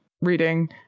reading